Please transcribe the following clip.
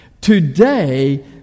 Today